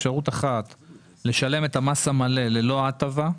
אפשרות אחת היא לשלם את המס המלא ללא ההטבה,